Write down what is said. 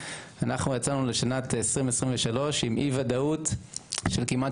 אנחנו יצאנו לשנת 2023 עם אי וודאות של כמעט